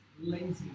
lazy